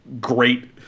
great